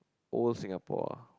old Singapore